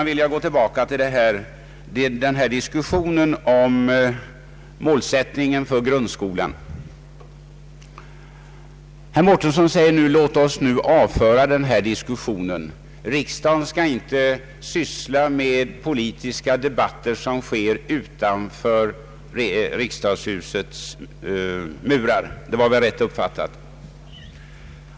Jag vill sedan gå tillbaka till diskussionen om målsättningen för grundskolan. Herr Mårtensson säger: Låt oss nu avföra denna diskussion. Riksdagen skall inte syssla med politiska debatter som förs utanför riksdagshusets murar — det är väl riktigt uppfattat?